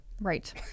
Right